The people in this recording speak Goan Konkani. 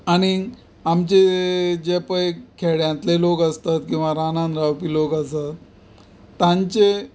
आनी आमचे जे पळय खेड्यांतले लोक आसतात वा रानांत रावपी जे लोक आसतात तांचे